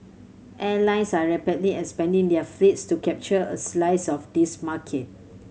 airlines are rapidly expanding their fleets to capture a slice of this market